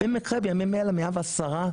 במקרה בימים אלו אנחנו ב-110%,